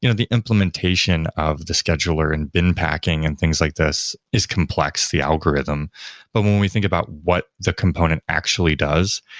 you know the implementation of the scheduler and bin packing and things like this is complex the algorithm but when we think about what the component actually does,